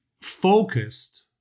focused